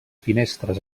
finestres